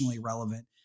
relevant